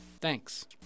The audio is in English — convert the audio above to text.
Thanks